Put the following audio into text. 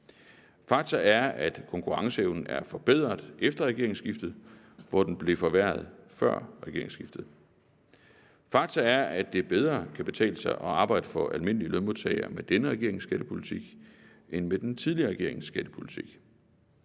Faktum er, at konkurrenceevnen er forbedret efter regeringsskiftet, hvor den blev forværret før regeringsskiftet. Faktum er, at det for almindelige lønmodtagere bedre kan betale sig at arbejde med denne regerings skattepolitik end med den tidligere regerings skattepolitik.